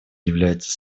являются